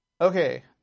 Okay